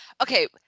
Okay